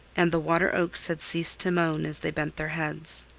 and the water-oaks had ceased to moan as they bent their heads.